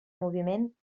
moviment